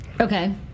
Okay